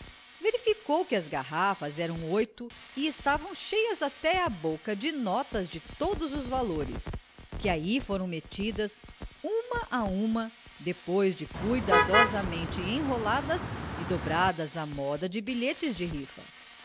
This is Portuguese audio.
verificou que as garrafas eram oito e estavam cheias até à boca de notas de todos os valores que ai foram metidas uma a uma depois de cuidadosamente enroladas e dobradas à moda de bilhetes de rifa